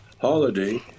holiday